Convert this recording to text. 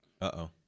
Uh-oh